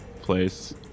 place